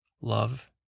love